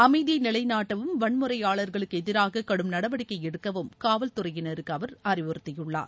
அமைதியை நிலைநாட்டவும் வன்முறையாளர்களுக்கு எதிராக கடும் நடவடிக்கை எடுக்கவும் காவல்துறையினருக்கு அவர் அறிவுறுத்தியுள்ளார்